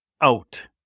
out